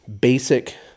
basic